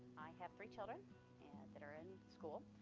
have three children that are in school,